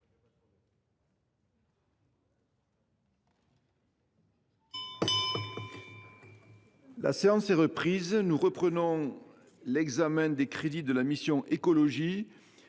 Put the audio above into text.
La séance est reprise. Nous poursuivons l’examen des crédits de la mission « Écologie,